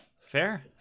Fair